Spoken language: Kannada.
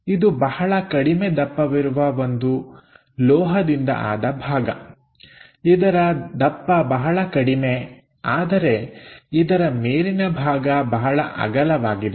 ಇದು ಬಹಳ ಕಡಿಮೆ ದಪ್ಪವಿರುವ ಒಂದು ಲೋಹದಿಂದ ಆದ ಭಾಗ ಇದರ ದಪ್ಪ ಬಹಳ ಕಡಿಮೆ ಆದರೆ ಇದರ ಮೇಲಿನ ಭಾಗ ಬಹಳ ಅಗಲವಾಗಿದೆ